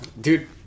dude